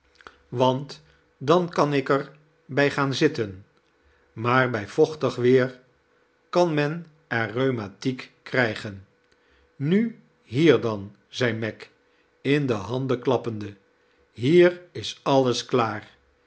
want dan kan ik er bij gaan zitten maar bij vochtig weer kan men er rheumatiek krijgen nu hier dan zei meg in de handen klappende hier is alles klaar